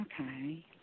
Okay